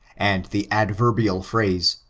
and the adverbial phrase,